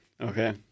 Okay